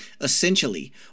Essentially